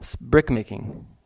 brickmaking